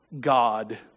God